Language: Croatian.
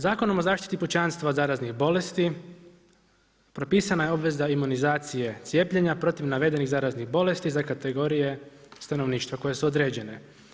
Zakonom o zaštiti pučanstva od zaraznih bolesti propisana je obveza imunizacije cijepljena protiv navedenih zaraznih bolesti za kategorije stanovništva koje su određene.